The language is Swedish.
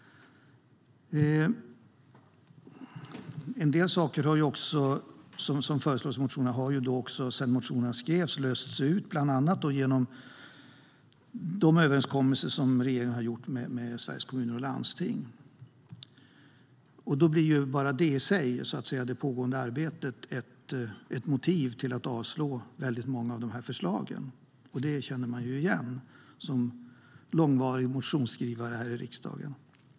En del saker som föreslås i motionerna har sedan motionerna skrevs åtgärdats bland annat genom de överenskommelser som regeringen har gjort med Sveriges Kommuner och Landsting. Bara det pågående arbetet i sig är ett motiv till att avslå många av dessa förslag, och det känner man ju igen som mångårig motionsskrivare här i riksdagen.